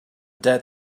dead